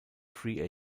free